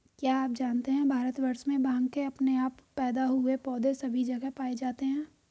क्या आप जानते है भारतवर्ष में भांग के अपने आप पैदा हुए पौधे सभी जगह पाये जाते हैं?